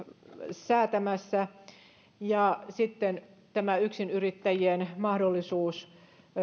säätämässä ja sitten tämä yksinyrittäjien mahdollisuus